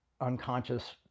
unconscious